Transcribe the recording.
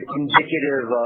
indicative